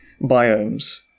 biomes